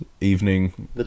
evening